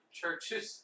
churches